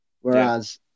whereas